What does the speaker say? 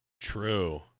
True